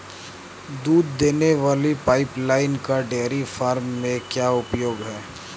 दूध देने वाली पाइपलाइन का डेयरी फार्म में क्या उपयोग है?